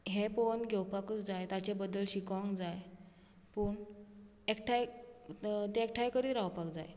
हें पळोवन घेवपाकूच जाय ताजे बद्दल शिकोंक जाय पूण एकठांय ते एकठांय करीत रावपाक जाय